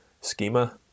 schema